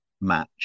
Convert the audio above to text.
match